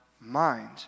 mind